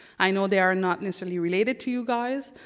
i know they are not necessarily related to you guys,